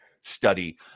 study